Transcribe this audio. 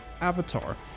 Avatar